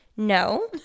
No